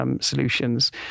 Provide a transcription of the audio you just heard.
solutions